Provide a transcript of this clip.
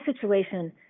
situation